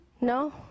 No